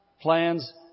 plans